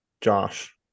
Josh